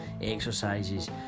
exercises